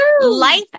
Life